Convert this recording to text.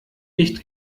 nicht